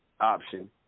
option